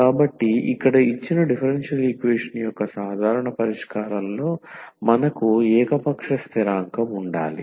కాబట్టి ఇక్కడ ఇచ్చిన డిఫరెన్షియల్ ఈక్వేషన్ యొక్క సాధారణ పరిష్కారంలో మనకు ఏకపక్ష స్థిరాంకం ఉండాలి